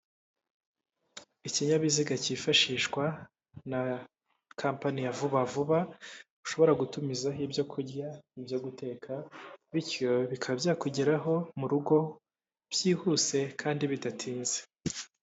Ikinyabiziga kifashishwa na kampani ya vuba vuba ushobora gutumizaho ibyo kurya ibyo guteka bityo bikaba byakugeraho mu rugo byihuse kandi bidatinze.